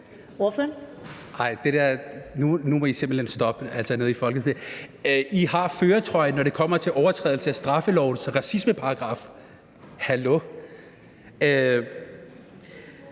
I har førertrøjen, når det kommer til overtrædelse af straffelovens racismeparagraf, hallo!